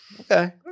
Okay